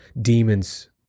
demons